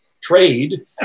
trade